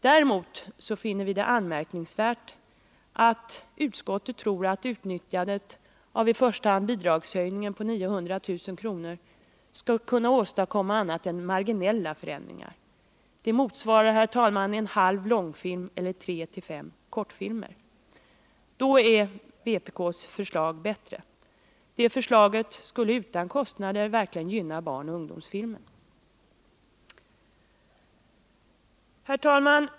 Däremot finner vi det anmärkningsvärt att utskottet tror att utnyttjandet avi första hand bidragshöjningen på 900 000 kr. skall kunna åstadkomma annat än marginella förändringar. Det motsvarar, herr talman, en halv långfilm eller 3-5 kortfilmer. Då är vpk:s förslag bättre. Det förslaget skulle utan kostnader verkligen gynna barnoch ungdomsfilmer.